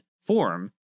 form